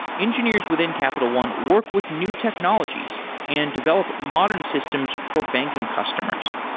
engineers within capital one work with new technologies and develop modern systems for banking customers.